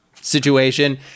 situation